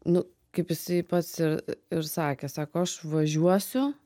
nu kaip jisai pats i ir sakė sako aš važiuosiu